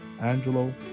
Angelo